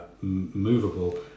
movable